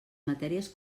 matèries